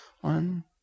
One